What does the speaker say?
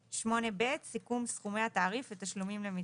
8ב. סיכום סכומי התעריף ותשלומים למתנדב.